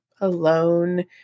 alone